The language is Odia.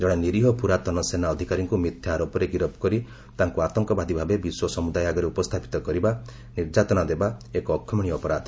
ଜଣେ ନିରୀହ ପୁରାତନ ସେନା ଅଧିକାରୀଙ୍କୁ ମିଥ୍ୟା ଆରୋପରେ ଗିରଫ କରି ତାଙ୍କୁ ଆତଙ୍କବାଦୀ ଭାବେ ବିଶ୍ୱ ସମୁଦାୟ ଆଗରେ ଉପସ୍ଥାପିତ କରିବା ଓ ନିର୍ଯାତନା ଦେବା ଏକ ଅକ୍ଷମଣିୟ ଅପରାଧ